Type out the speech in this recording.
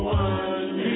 one